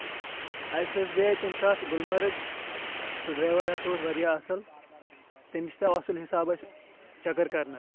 اَسہِ حظ گٔے تمہِ ساتہٕ گُلمرگ سُہ ڈیور ہسا اوس واریاہ اَصٕل تٔمِس تہِ آو اَصٕل حِساب اَسہِ چکر کرنس